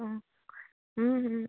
অঁ